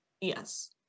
Yes